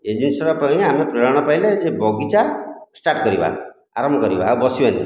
ଏଇ ଜିନିଷଟା ପାଇଁ ଆମେ ପ୍ରେରଣା ପାଇଲେ ଯେ ବଗିଚା ଷ୍ଟାର୍ଟ କରିବା ଆରମ୍ଭ କରିବା ଆଉ ବସିବାନି